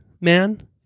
man